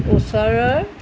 ওচৰৰ